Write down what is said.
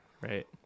right